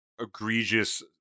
egregious